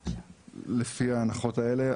לפי ההנחות האלה,